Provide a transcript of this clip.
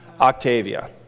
Octavia